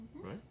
Right